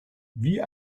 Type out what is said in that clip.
wie